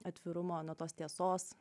atvirumo nuo tos tiesos